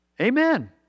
Amen